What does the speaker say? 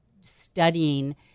studying